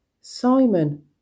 Simon